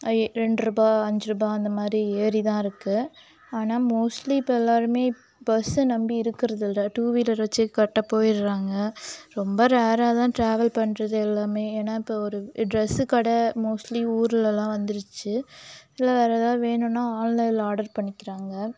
ரெண்டு ரூபாய் அஞ்சு ரூபாய் அந்த மாதிரி ஏறி தான் இருக்குது ஆனால் மோஸ்ட்லி இப்போ எல்லாேருமே பஸ்சை நம்பி இருக்கிறதில்ல டூவீலர் வச்சு கரெக்டாக போயிவிட்றாங்க ரொம்ப ரேராக தான் டிராவல் பண்ணுறது எல்லாமே ஏன்னால் இப்போ ஒரு டிரஸ் கடை மோஸ்ட்லி ஊரெலலாம் வந்துருச்சு இல்லை வேறு ஏதாவது வேணும்னால் ஆன்லைனில் ஆடர் பண்ணிக்கிறாங்க